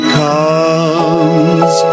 comes